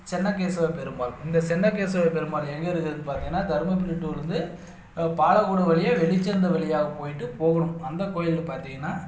சென்னகேஸ்வர பெருமாள் இந்த சென்னகேஸ்வர பெருமாள் எங்கே இருக்குதுன்னு பார்த்திங்கன்னா தர்மபுரி டூலருந்து பாலக்கோடு வழியே வெள்ளிச்சந்தி வழியாக போயிட்டு போகணும் அந்த கோயில்னு பார்த்திங்கன்னா